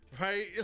right